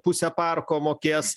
pusė parko mokės